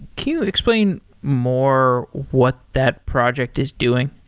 can you explain more what that project is doing?